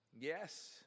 Yes